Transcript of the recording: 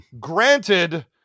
Granted